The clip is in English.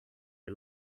you